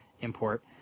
import